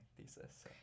thesis